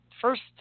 First